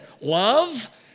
Love